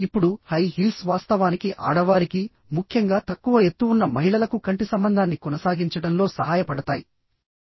ఇప్పుడుహై heels వాస్తవానికి ఆడవారికిముఖ్యంగా తక్కువ ఎత్తు ఉన్న మహిళలకు కంటి సంబంధాన్ని కొనసాగించడంలో సహాయపడతాయి